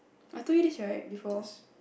I told you this right before